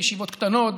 בישיבות קטנות,